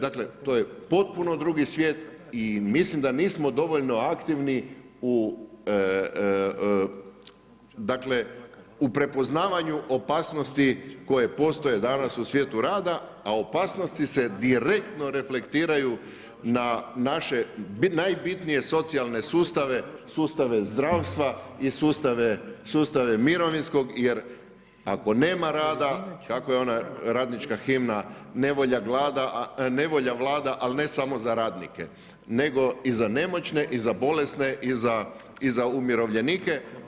Dakle, to je potpuno drugi svijet i mislim da nismo dovoljno aktivni u dakle, u prepoznavanju opasnosti koje postoje danas u svijetu rada, a o opasnosti se direktno reflektiraju na naše najbitnije socijalne sustave, sustave zdravstva i sustave mirovinskog, jer ako nema rada, kako je ona radnička himna, nevolja vlada, ali ne samo za radnike, nego i za nemoćne i za bolesne i za umirovljenike.